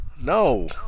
No